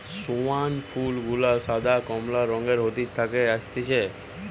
স্কেয়ান ফুল গুলা সাদা, কমলা রঙের হাইতি থেকে অসতিছে